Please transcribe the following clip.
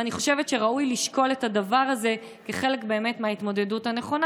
אני חושבת שראוי לשקול את הדבר הזה כחלק מההתמודדות הנכונה,